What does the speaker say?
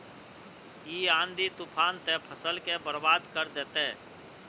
इ आँधी तूफान ते फसल के बर्बाद कर देते?